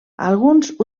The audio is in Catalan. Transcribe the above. alguns